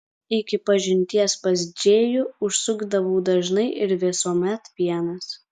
iki pažinties pas džėjų užsukdavau dažnai ir visuomet vienas